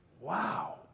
Wow